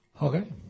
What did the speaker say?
Okay